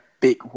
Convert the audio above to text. big